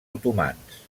otomans